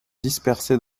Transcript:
dispersées